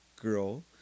girl